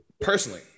Personally